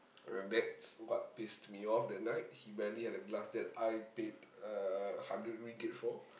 and that's what pissed me off that night he barely had a glass that I paid uh hundred ringgit for